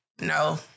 No